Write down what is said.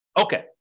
Okay